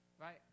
right